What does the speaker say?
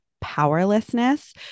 powerlessness